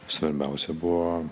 svarbiausia buvo